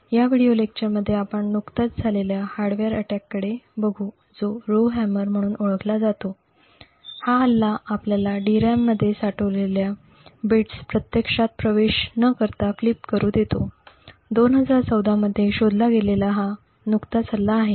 या व्हिडिओ लेक्चरमध्ये आपण नुकत्याच झालेल्या हार्डवेअर अटॅककडे बघू जो रोहहॅमर म्हणून ओळखला जातो हा हल्ला आपल्याला DRAM मध्ये साठवलेल्या बिट्स प्रत्यक्षात प्रवेश न करता फ्लिप करू देतो २०१४ मध्ये शोधला गेलेला हा नुकताच हल्ला आहे